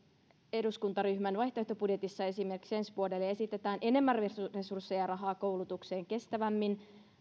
eduskuntaryhmän vaihtoehtobudjetissa ensi vuodelle esitetään enemmän resursseja resursseja rahaa koulutukseen ja kestävämmin